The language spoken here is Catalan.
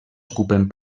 ocupen